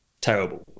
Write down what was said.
terrible